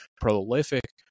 prolific